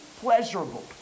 pleasurable